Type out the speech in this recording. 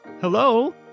hello